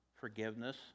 forgiveness